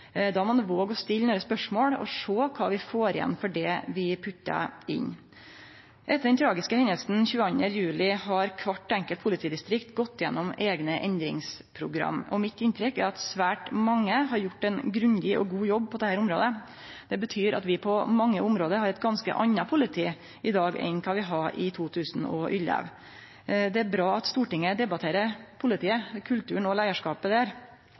må vi våge å stille spørsmål og sjå kva vi får igjen for det vi legg inn. Etter den tragiske hendinga 22. juli 2011 har kvart enkelt politidistrikt gått gjennom eigne endringsprogram. Mitt inntrykk er at svært mange har gjort ein grundig og god jobb på dette området. Det betyr at vi på mange område har eit ganske anna politi i dag enn vi hadde i 2011. Det er bra at Stortinget debatterer politiet, kulturen og leiarskapet der,